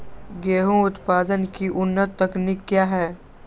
गेंहू उत्पादन की उन्नत तकनीक क्या है?